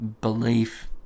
belief